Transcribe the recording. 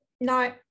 no